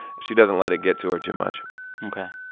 she doesn't let it get to her too much ok.